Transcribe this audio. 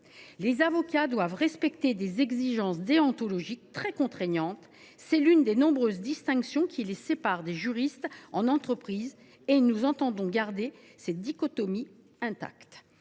Les avocats sont soumis à des exigences déontologiques très contraignantes ; c’est l’une des nombreuses distinctions qui les séparent des juristes d’entreprise, et nous entendons garder cette dichotomie intacte.